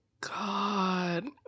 God